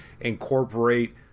incorporate